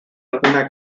alguna